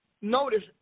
notice